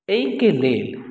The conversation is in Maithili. एहिके लेल